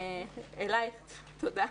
תודה.